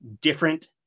different